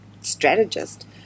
strategist